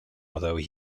although